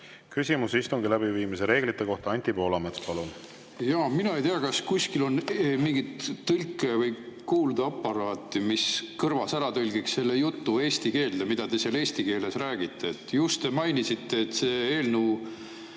Küsimus istungi läbiviimise reeglite kohta. Anti Poolamets, palun! Mina ei tea, kas kuskil on olemas mingi tõlke‑ või kuuldeaparaat, mis kõrvas ära tõlgiks selle jutu eesti keelde, mida te seal eesti keeles räägite. Just te mainisite, et see eelnõu